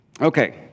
Okay